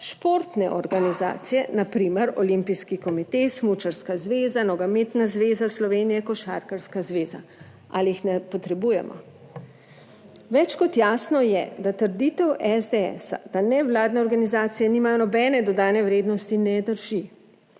športne organizacije, na primer Olimpijski komite, Smučarska zveza, Nogometna zveza Slovenije, košarkarska zveza. 6. TRAK (VI) 15.10 (Nadaljevanje) Ali jih ne potrebujemo? Več kot jasno je, da trditev SDS, da nevladne organizacije nimajo nobene dodane vrednosti, ne drži.